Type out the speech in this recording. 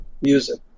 music